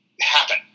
happen